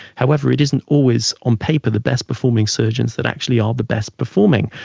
however, it isn't always on paper the best performing surgeons that actually are the best performing,